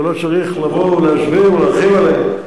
ולא צריך לבוא ולהסביר ולהרחיב עליהן.